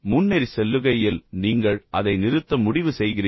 முன்னேறிச் செல்லுகையில் நீங்கள் அதை நிறுத்த முடிவு செய்கிறீர்கள்